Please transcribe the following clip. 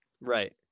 right